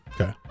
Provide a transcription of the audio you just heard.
Okay